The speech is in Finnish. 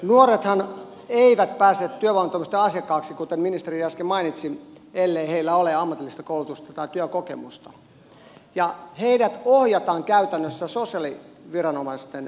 nuorethan eivät pääse työvoimatoimiston asiakkaiksi kuten ministeri äsken mainitsi ellei heillä ole ammatillista koulutusta tai työkokemusta ja heidät ohjataan käytännössä sosiaaliviranomaisten asiakkaiksi